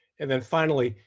and then finally,